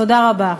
תודה רבה.